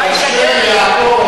כאשר יעקב,